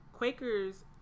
Quakers